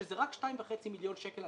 שם זה רק 2.5 מיליון שקל,